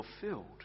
fulfilled